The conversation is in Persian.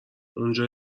اونجا